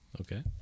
Okay